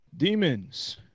demons